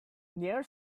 near